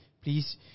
please